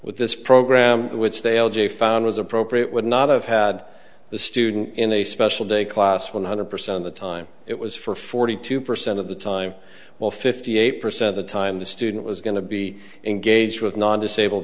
with this program which they all j found was appropriate would not have had the student in a special day class one hundred percent of the time it was for forty two percent of the time while fifty eight percent of the time the student was going to be engaged with non disabled